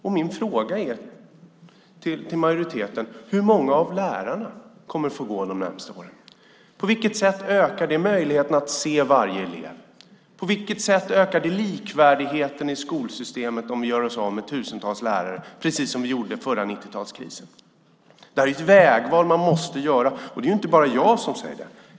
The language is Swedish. Jag vill därför fråga majoriteten: Hur många av lärarna kommer att få gå de närmaste åren? På vilket sätt ökar det möjligheten att se varje elev? På vilket sätt ökar det likvärdigheten i skolsystemet om vi gör oss av med tusentals lärare, precis som vi gjorde under 90-talskrisen? Det är ett vägval man måste göra, och det är inte bara jag som säger det.